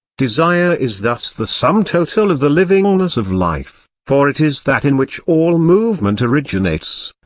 desire is thus the sum-total of the livingness of life, for it is that in which all movement originates,